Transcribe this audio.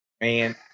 man